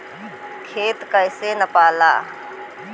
खेत कैसे नपाला?